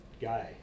guy